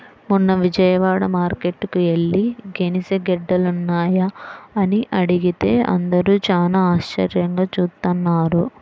మొన్న విజయవాడ మార్కేట్టుకి యెల్లి గెనిసిగెడ్డలున్నాయా అని అడిగితే అందరూ చానా ఆశ్చర్యంగా జూత్తన్నారు